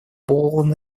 полон